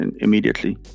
immediately